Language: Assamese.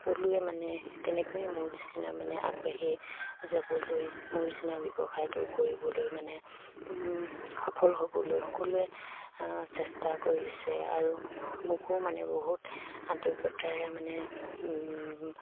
সকলোৱে মানে তেনেকৈয়ে মোৰ নিচিনা মানে আগবাঢ়ি যাবলৈ মোৰ নিচিনা ব্যৱসায়টো কৰিবলৈ মানে সফল হ'বলৈ সকলোৱে চেষ্টা কৰিছে আৰু মোকো মানে বহুত আন্তৰিকতাৰে মানে